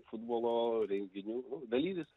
futbolo renginių dalyvis